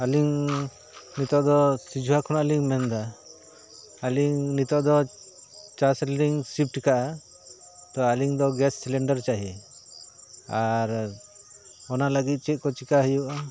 ᱟᱹᱞᱤᱧ ᱱᱤᱛᱳᱜ ᱫᱚ ᱥᱤᱡᱩᱦᱟ ᱠᱷᱚᱱᱟᱜ ᱞᱤᱧ ᱢᱮᱱᱫᱟ ᱟᱹᱞᱤᱧ ᱱᱤᱛᱳᱜ ᱫᱚ ᱪᱟᱥ ᱨᱮᱞᱤᱧ ᱥᱤᱯᱴ ᱠᱟᱜᱼᱟ ᱛᱚ ᱟᱹᱞᱤᱝ ᱫᱚ ᱜᱮᱥ ᱥᱤᱞᱤᱱᱰᱟᱨ ᱪᱟᱦᱤᱭᱮ ᱟᱨ ᱚᱱᱟ ᱞᱟᱹᱜᱤᱫ ᱪᱮᱫ ᱠᱚ ᱪᱤᱠᱟᱹ ᱦᱩᱭᱩᱜᱼᱟ